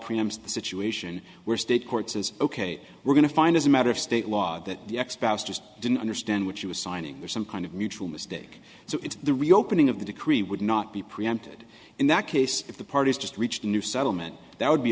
preempt a situation where state court says ok we're going to find as a matter of state law that the experts just didn't understand what she was signing for some kind of mutual mistake so it's the reopening of the decree would not be preempted in that case if the parties just reached a new settlement that would be